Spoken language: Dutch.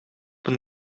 een